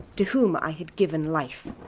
to whom i had given life